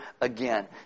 again